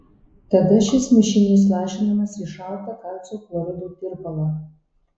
tada šis mišinys lašinamas į šaltą kalcio chlorido tirpalą